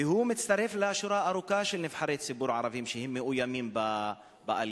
והוא מצטרף לשורה ארוכה של נבחרי ציבור ערבים שמאוימים באלימות.